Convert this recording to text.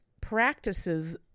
practices